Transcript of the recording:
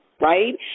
right